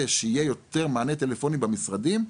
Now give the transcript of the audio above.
שיהיו יותר מענים טלפונים במשרדים,